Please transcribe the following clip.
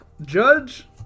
Judge